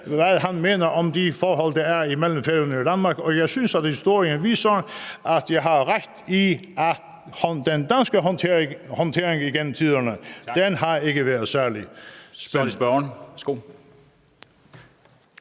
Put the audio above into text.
hvad han mener om de forhold, der er imellem Færøerne og Danmark, og jeg synes, at historien viser, at jeg har ret i, at den danske håndtering igennem tiderne ikke har været særlig ...